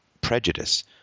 prejudice